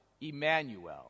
Emmanuel